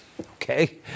okay